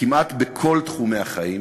כמעט בכל תחומי החיים,